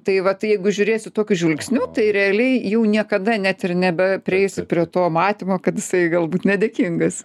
tai va tai jeigu žiūrėsi tokiu žvilgsniu tai realiai jau niekada net ir nebe prieisi prie to matymo kad jisai galbūt nedėkingas